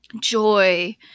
joy